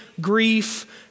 grief